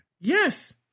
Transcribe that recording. Yes